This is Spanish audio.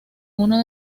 uno